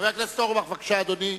חבר הכנסת אורבך, בבקשה, אדוני.